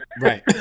Right